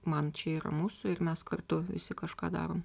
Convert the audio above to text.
man čia yra mūsų ir mes kartu kažką darom